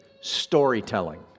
storytelling